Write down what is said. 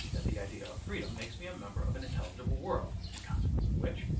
that the idea of freedom makes me a member of an intelligible world, in consequence of which,